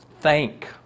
thank